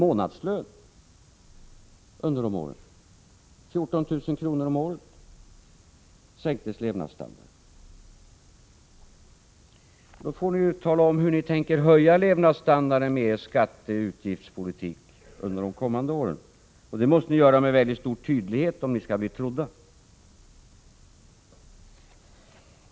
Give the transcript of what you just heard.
Levnadsstandarden sänktes med 14 000 kr. om året. Därför får ni tala om hur ni under de kommande åren tänker höja levnadsstandarden med er skatte och utgiftspolitik, och det måste ni göra med stor tydlighet om ni skall bli trodda.